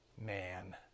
man